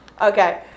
Okay